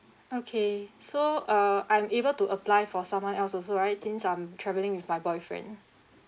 okay so uh I'm able to apply for someone else also right since I'm travelling with my boyfriend